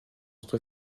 entre